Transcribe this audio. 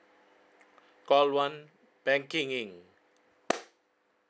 call one banking ~ing